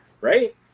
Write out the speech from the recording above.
right